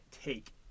take